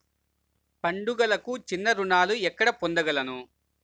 పండుగలకు చిన్న రుణాలు ఎక్కడ పొందగలను?